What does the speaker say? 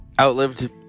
Outlived